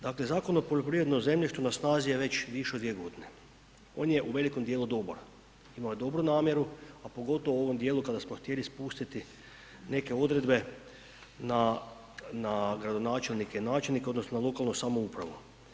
Dakle, Zakon o poljoprivrednom zemljištu na snazi je već više od dvije godine, on je u velikom dijelu dobar, imao je dobru namjeru, a pogotovo u ovom dijelu kada smo htjeli spustiti neke odredbe na, na gradonačelnike i načelnike odnosno lokalnu samoupravu.